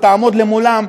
ותעמוד מולם,